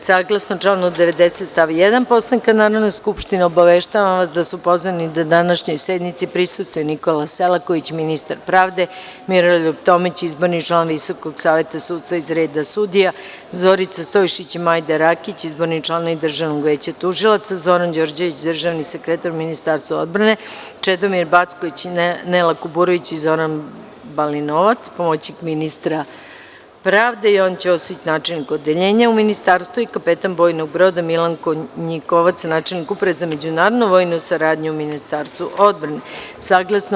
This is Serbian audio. Saglasno članu 90. stav 1. Poslovnika Narodne skupštine, obaveštavam vas da su pozvani da današnjoj sednici prisustvuju: Nikola Selaković, ministar pravde, Miroljub Tomić, izborni član Visokog saveta sudstva iz reda sudija, Zorica Stojšić i Majda Rakić, izborni članovi Državnog veća tužilaca, Zoran Đorđević, državni sekretar u Ministarstvu odbrane, Čedomir Backović, Nela Kuburović i Zoran Balinovac, pomoćnici ministra pravde, Jovan Ćosić, načelnik odeljenja u Ministarstvu pravde i kapetan bojnog broda Milan Konjikovac, načelnik Uprave za međunarodnu vojnu saradnju u Ministarstvu odbrane.